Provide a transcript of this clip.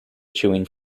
chewing